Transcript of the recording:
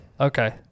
Okay